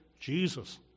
Jesus